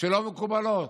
שלא מקובלות.